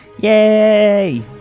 Yay